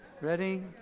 Ready